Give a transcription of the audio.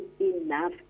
enough